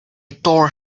tore